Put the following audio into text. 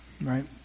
right